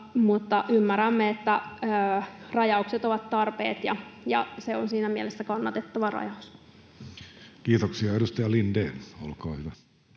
mutta ymmärrämme, että rajaukset ovat tarpeen, ja se on siinä mielessä kannatettava rajaus. [Speech 17] Speaker: